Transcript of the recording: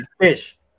fish